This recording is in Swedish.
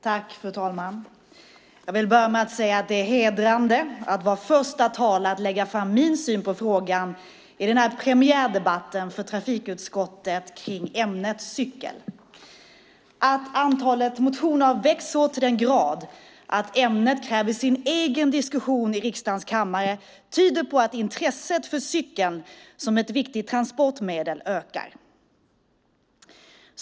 Fru talman! Jag vill börja med att säga att det är hedrande att som första talare få lägga fram min syn på frågan i den här premiärdebatten för trafikutskottet kring ämnet cykel. Att antalet motioner har växt så till den grad att ämnet kräver sin egen diskussion i riksdagens kammare tyder på att intresset för cykeln som ett viktigt transportmedel ökar.